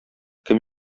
кем